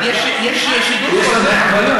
אבל יש שידור חוזר.